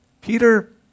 Peter